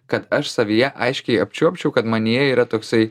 kad aš savyje aiškiai apčiuopčiau kad manyje yra toksai